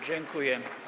Dziękuję.